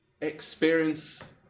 experience